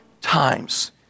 times